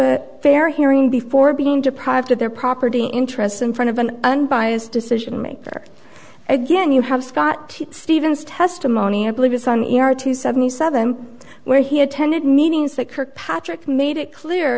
a fair hearing before being deprived of their property interests in front of an unbiased decision maker again you have scott stevens testimony i believe is on our to seventy seven where he attended meetings that kirkpatrick made it clear